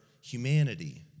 humanity